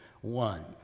one